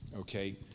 Okay